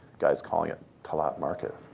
guys calling it talat market.